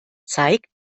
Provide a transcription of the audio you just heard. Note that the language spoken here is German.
zeigt